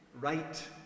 right